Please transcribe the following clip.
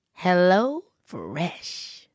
HelloFresh